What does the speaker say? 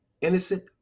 innocent